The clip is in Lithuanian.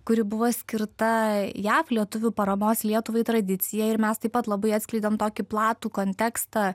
kuri buvo skirta jav lietuvių paramos lietuvai tradicijai ir mes taip pat labai atskleidėm tokį platų kontekstą